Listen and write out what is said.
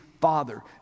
Father